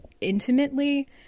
intimately